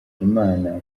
imana